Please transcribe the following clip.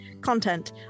content